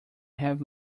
have